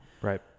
right